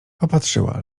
popatrzyła